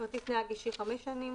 כרטיס נהג אישי - 5 שנים,